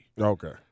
okay